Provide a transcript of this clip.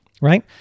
right